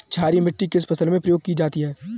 क्षारीय मिट्टी किस फसल में प्रयोग की जाती है?